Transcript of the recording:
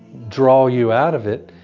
draw you out of it,